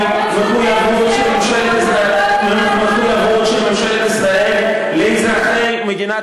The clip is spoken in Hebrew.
המחויבות של ממשלת ישראל היא לא לאמריקנים.